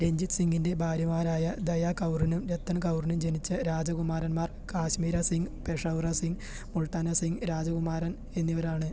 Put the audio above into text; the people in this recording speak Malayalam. രഞ്ജിത് സിംഗിൻ്റെ ഭാര്യമാരായ ദയാ കൗറിനും രത്തൻ കൗറിനും ജനിച്ച രാജകുമാരൻമാർ കാശ്മീര സിംഗ് പെഷൗറ സിംഗ് മുൾട്ടാന സിംഗ് രാജകുമാരൻ എന്നിവരാണ്